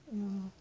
!hannor!